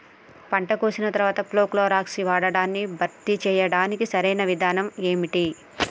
పంట కోసిన తర్వాత ప్రోక్లోరాక్స్ వాడకాన్ని భర్తీ చేయడానికి సరియైన విధానం ఏమిటి?